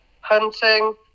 hunting